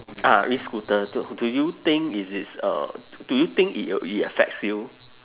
ah E scooter do do you think is it's uh do you think it uh it affects you